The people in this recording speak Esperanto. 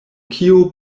kio